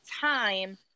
time